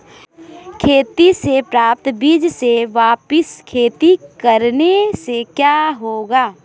खेती से प्राप्त बीज से वापिस खेती करने से क्या होगा?